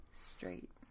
straight